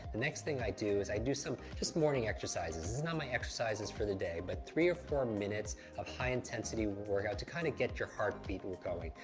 the next thing i do is i do some just morning exercises. this is not my exercises for the day, but three or four minutes of high-intensity workout to kind of get your heart beating and going,